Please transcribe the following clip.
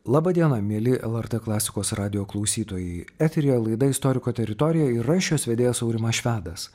laba diena mieli lrt klasikos radijo klausytojai eteryje laida istoriko teritorija ir aš jos vedėjas aurimas švedas